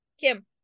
kim